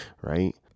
right